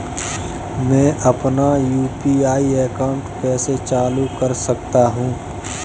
मैं अपना UPI account कैसे चालू कर सकता हूँ?